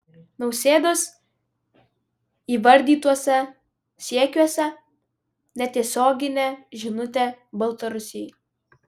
nausėdos įvardytuose siekiuose netiesioginė žinutė baltarusijai